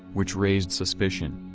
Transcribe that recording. which raised suspicion.